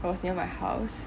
it was near my house